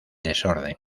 desorden